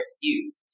youth